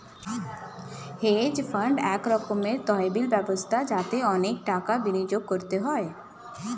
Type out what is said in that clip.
hedge fund এক রকমের তহবিল ব্যবস্থা যাতে অনেক টাকা বিনিয়োগ করতে হয়